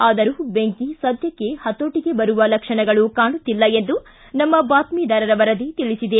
ಆದರೂ ಬೆಂಕಿ ಸದ್ಯಕ್ಷೆ ಹತೋಟಗೆ ಬರುವ ಲಕ್ಷಣಗಳು ಕಾಣುತ್ತಿಲ್ಲ ಎಂದು ನಮ್ಮ ಬಾತ್ಲಿದಾರರ ವರದಿ ತಿಳಿಸಿದೆ